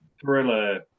thriller